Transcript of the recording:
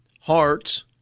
Hearts